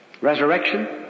Resurrection